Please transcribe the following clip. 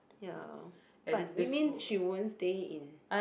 ya but you mean she won't stay in